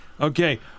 Okay